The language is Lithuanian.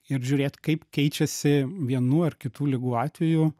ir žiūrėt kaip keičiasi vienų ar kitų ligų atveju